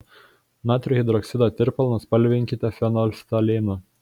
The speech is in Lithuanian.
natrio hidroksido tirpalą nuspalvinkite fenolftaleinu